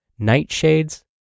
nightshades